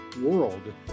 world